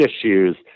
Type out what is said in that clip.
issues